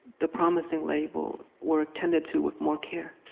the promising label, were tended to with more care.